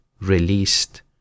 released